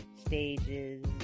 stages